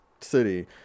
city